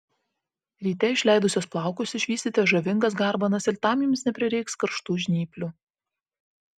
ryte išleidusios plaukus išvysite žavingas garbanas ir tam jums neprireiks karštų žnyplių